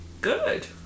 good